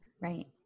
Right